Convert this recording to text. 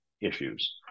issues